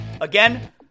Again